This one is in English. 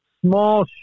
small